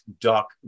duck